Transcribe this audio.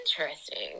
Interesting